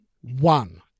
One